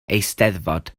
eisteddfod